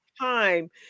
time